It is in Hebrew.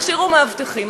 הכשירו מאבטחים,